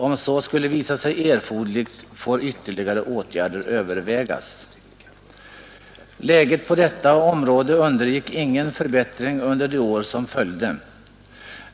Om så skulle visa sig erforderligt, får ytterligare åtgärder övervägas.” Läget på detta område undergick ingen förbättring under de år som följde.